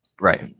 Right